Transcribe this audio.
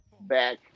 back